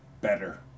better